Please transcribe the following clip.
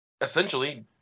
Essentially